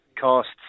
costs